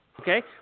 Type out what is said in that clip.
Okay